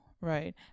right